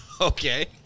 Okay